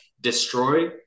destroy